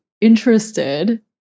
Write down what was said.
interested